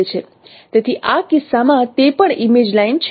તેથી આ કિસ્સામાં તે પણ ઇમેજ લાઇન છે